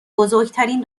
بزرگترین